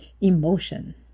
emotion